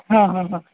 હં હં હં